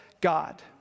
God